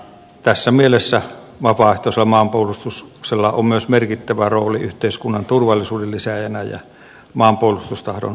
tässä mielessä vapaaehtoisella maanpuolustuksella on myös merkittävä rooli yhteis kunnan turvallisuuden lisääjänä ja maanpuolustustahdon ylläpitäjänä